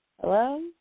Hello